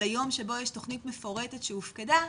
ליום שבו יש תכנית מפורטת שהופקדה,